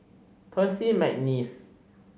Percy McNeice